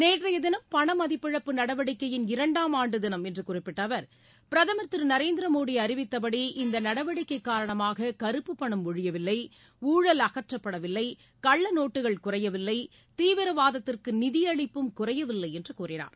நேற்றைய தினம் பணமதிப்பிழப்பு நடவடிக்கையின் இரண்டாம் ஆண்டு தினம் என்று குறிப்பிட்ட அவர் பிரதமர் திரு நரேந்திர மோடி அறிவித்தபடி இந்த நடவடிக்கை காரணமாக கறுப்பு பணம் ஒழியவில்லை ஊழல் அகற்றப்படவில்லை கள்ள நோட்டுக்கள் குறையவில்லை தீவிரவாதத்திற்கு நிதியளிப்பும் குறையவில்லை என்று கூறினார்